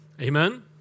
Amen